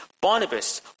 Barnabas